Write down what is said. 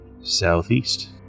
southeast